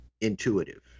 intuitive